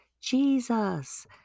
Jesus